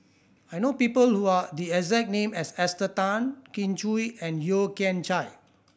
I know people who are the exact name as Esther Tan Kin Chui and Yeo Kian Chai